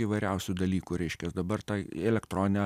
įvairiausių dalykų reiškias dabar tai į elektroninę